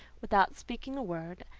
without speaking a word,